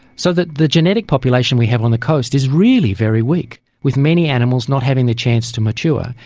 so that the genetic population we have on the coast is really very weak, with many animals not having the chance to mature,